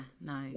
no